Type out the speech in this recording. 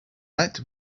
met